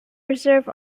reserve